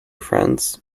friends